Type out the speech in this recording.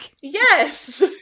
Yes